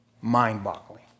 mind-boggling